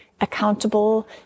accountable